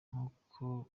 nk’uko